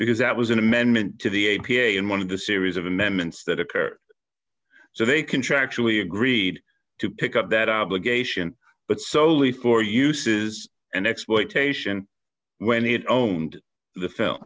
because that was an amendment to the a p a in one of the series of amendments that occurred so they contractually agreed to pick up that obligation but solely for uses and exploitation when he owned the film